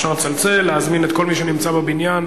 אפשר לצלצל, להזמין את כל מי שנמצא בבניין